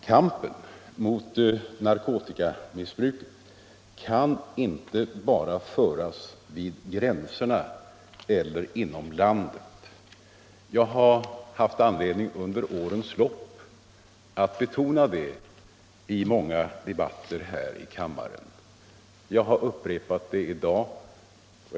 Kampen mot narkotikamissbruket kan inte föras bara vid gränserna eller inom landet. Under årens lopp har jag haft anledning betona det i många debatter i kammaren, och jag har upprepat det i dag.